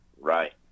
Right